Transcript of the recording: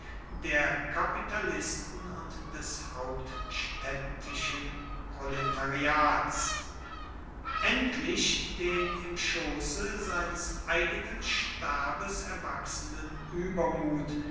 der kapitalisten und des hauptstädtischen proletariats endlich den im schoße seines eigenen stabes erwachsenen übermut